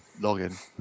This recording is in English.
login